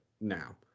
now